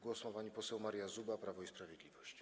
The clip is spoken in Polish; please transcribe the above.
Głos ma pani poseł Maria Zuba, Prawo i Sprawiedliwość.